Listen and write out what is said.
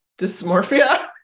dysmorphia